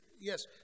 yes